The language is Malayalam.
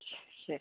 ശരി